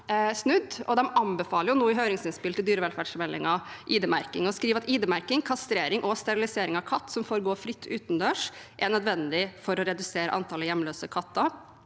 i forbindelse med høringsinnspill til dyrevelferdsmeldingen, ID-merking og skriver at «IDmerking, kastrering og sterilisering av katter som får gå fritt utendørs, er nødvendig for å redusere antallet hjemløse katter».